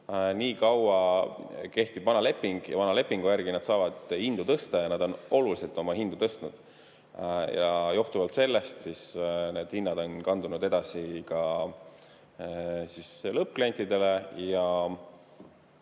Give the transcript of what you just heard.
kohtus, kehtib vana leping. Ja vana lepingu järgi nad saavad hindu tõsta ja nad on oluliselt oma hindu tõstnud. Johtuvalt sellest need hinnad on kandunud edasi ka lõppklientidele.